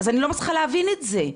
אני לא מצליחה להבין את זה.